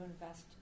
invest